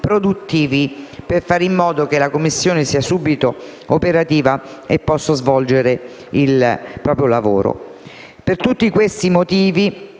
produttivi per fare in modo che la Commissione sia subito operativa e possa svolgere il proprio lavoro. Per tutti questi motivi